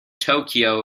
tokyo